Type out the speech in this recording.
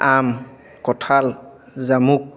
আম কঠাল জামুক